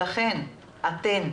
אתן,